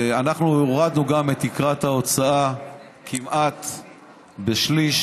אנחנו הורדנו גם את תקרת ההוצאה כמעט בשליש.